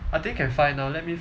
I think can find ah let me